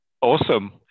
Awesome